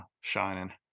shining